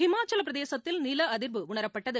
இமாச்சலப்பிரதேசத்தில் நிலஅதிர்வு உணரப்பட்டது